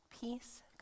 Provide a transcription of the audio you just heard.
peace